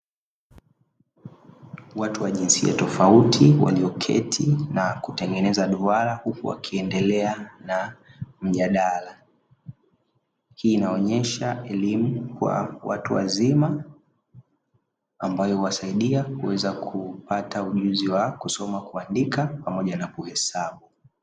Watu wa jinsia tofauti walioketi na kutengeneza duara, huku wakiendelea na mjadala. Hii inaonyesha elimu kwa watu wazima ambayo huwasaidia kuweza kupata ujuzi wa kusoma, kuandika pamoja na kuhesabu.